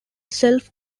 self